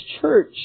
church